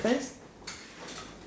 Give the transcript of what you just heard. difference